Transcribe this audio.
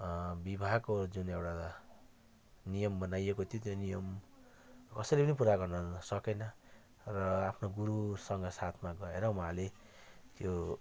विवाहको जुन एउटा नियम बनाइएको थियो त्यो नियम कसैले पनि पुरा गर्न सकेन र आफ्नो गुरुसँग साथमा गएर उहाँले त्यो